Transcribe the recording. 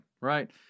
Right